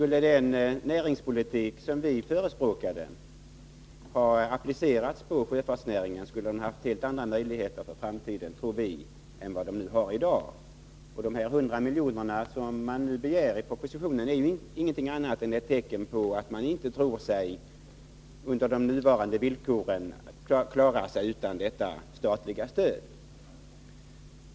Om den Överenskommelse näringspolitik som vi förespråkade hade applicerats på sjöfartsnäringen, mellan staten och skulle denna ha haft helt andra möjligheter för framtiden än vad den har i Broströms Rederi dag. De 100 milj.kr. som begärs i propositionen är ett tecken på att AB sjöfartsnäringen under nuvarande villkor anser att den inte kan klara sig utan detta statliga stöd.